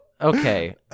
okay